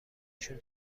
شون